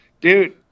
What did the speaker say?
dude